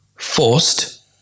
Forced